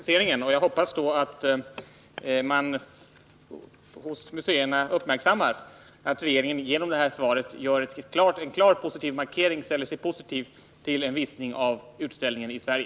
Herr talman! Jag är tacksam för den preciseringen, och jag hoppas nu att man inom museerna uppmärksammar att regeringen genom det här svaret klart markerar sin positiva inställning till att utställningen visas i Sverige.